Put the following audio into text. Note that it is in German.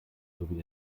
sowie